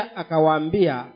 akawambia